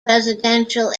residential